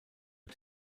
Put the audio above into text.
wyt